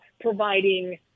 providing